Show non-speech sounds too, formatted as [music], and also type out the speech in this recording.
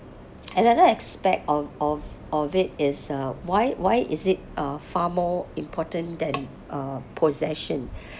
another aspect of of of it is uh why why is it uh far more important than uh possession [breath]